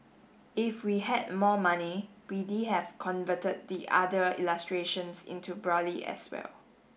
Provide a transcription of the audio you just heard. if we had more money have converted the other illustrations into as well